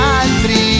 altri